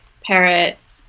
parrots